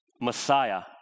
Messiah